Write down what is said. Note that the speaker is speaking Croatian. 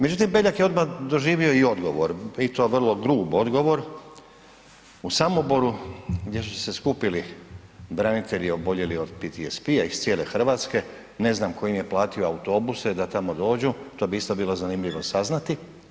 Međutim Beljak je odmah doživio i odgovor i to vrlo grub odgovor u Samoboru gdje su se skupili branitelji oboljeli od PTSP-a iz cijele Hrvatske, ne znam tko im je platio autobuse da tamo dođu, to bi isto bilo zanimljivo saznati.